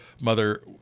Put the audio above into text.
mother